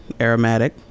aromatic